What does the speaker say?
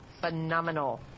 phenomenal